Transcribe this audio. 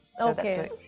Okay